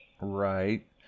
Right